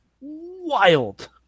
wild